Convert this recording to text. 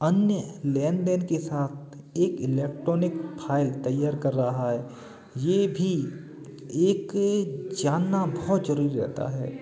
अन्य लेनदेन के साथ एक इलेक्ट्रॉनिक फाइल तैयार कर रहा है ये भी एक जानना बहुत जरूरी रहता है